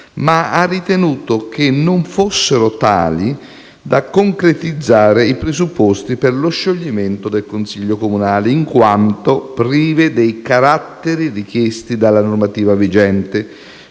ma ha ritenuto che non fossero tali da concretizzare i presupposti per lo scioglimento del Consiglio comunale, in quanto prive dei caratteri richiesti dalla normativa vigente